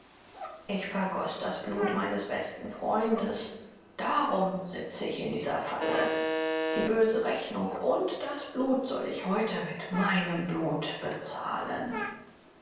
ich vergoß das blut meines besten freundes darum sitze ich in dieser falle die böse rechnung und das blut soll ich heute mit meinem blut bezahlen